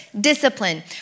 discipline